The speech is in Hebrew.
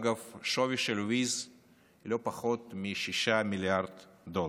אגב, השווי של WIZ הוא לא פחות מ-6 מיליארד דולר.